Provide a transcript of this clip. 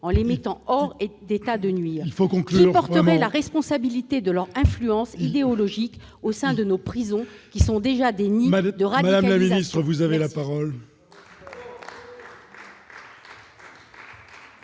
en les mettant hors d'état de nuire ? Il faut conclure ! Qui porterait la responsabilité de leur influence idéologique au sein de nos prisons, qui sont déjà des nids de radicalisation ?